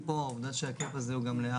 גם לי